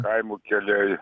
kaimo keliai